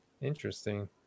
interesting